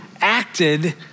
acted